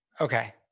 Okay